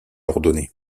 ordonnée